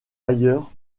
ailleurs